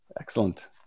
Excellent